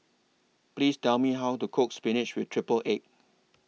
Please Tell Me How to Cook Spinach with Triple Egg